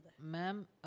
Ma'am